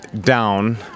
down